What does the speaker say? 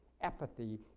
Apathy